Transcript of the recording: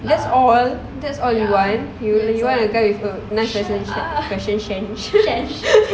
that's all that's all you want you want a guy with a nice fashion sense